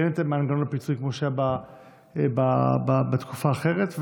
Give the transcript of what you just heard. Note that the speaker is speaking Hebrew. כי אין את מנגנון הפיצוי כמו שהיה בתקופה האחרת.